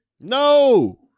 No